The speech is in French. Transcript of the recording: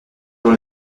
dans